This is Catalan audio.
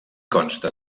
consta